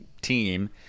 team